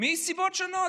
מסיבות שונות,